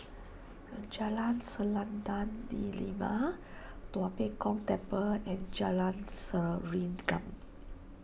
Jalan Selendang Delima Tua Pek Kong Temple and Jalan Serengam